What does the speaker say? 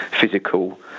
physical